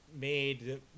made